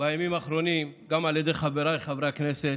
בימים האחרונים, גם על ידי חבריי חברי הכנסת,